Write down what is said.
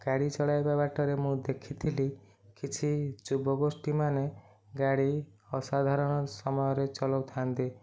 ଗାଡ଼ି ଚଳାଇବା ବାଟରେ ମୁଁ ଦେଖିଥିଲି କିଛି ଯୁବଗୋଷ୍ଠୀ ମାନେ ଗାଡ଼ି ଅସାଧାରଣ ସମୟରେ ଚଲାଉଥା'ନ୍ତି